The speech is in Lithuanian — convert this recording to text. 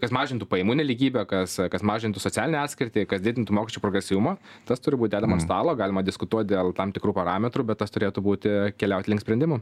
kas mažintų pajamų nelygybę kas kas mažintų socialinę atskirtį kas didintų mokesčių progresyvumą tas turi būt dedama ant stalo galima diskutuot dėl tam tikrų parametrų bet tas turėtų būti keliaut link sprendimų